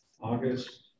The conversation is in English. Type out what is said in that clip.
August